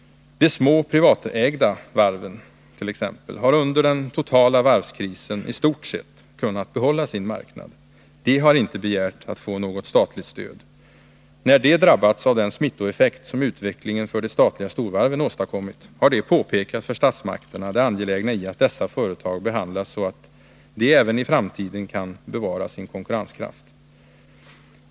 De små privatägda varven har under den totala varvskrisen i stort kunnat behålla sin marknad. De har inte begärt att få något statligt stöd. När de har drabbats av den smittoeffekt som utvecklingen för de statliga storvarven har åstadkommit, har de påpekat för statsmakterna det angelägna i att de små företagen behandlas så att de även i framtiden kan bevara sin konkurrenskraft.